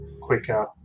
quicker